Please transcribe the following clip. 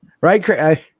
right